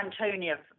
Antonia